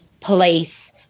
place